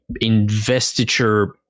investiture